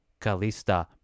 Kalista